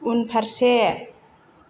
उनफारसे